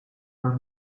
were